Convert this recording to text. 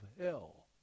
hell